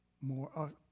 more